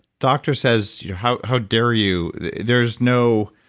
doctor says, you know how how dare you? there's no